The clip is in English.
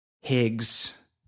Higgs